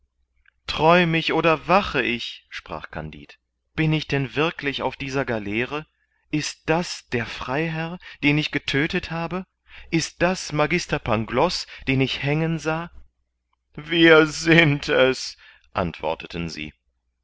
andere träume oder wache ich sprach kandid bin ich denn wirklich auf dieser galeere ist das freiherr den ich getödtet habe ist das magister pangloß den ich hängen sah wir sind es antworteten sie